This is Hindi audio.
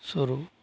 शुरू